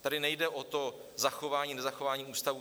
Tady nejde o to zachování nezachování ústavů.